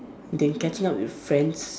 then getting out with friends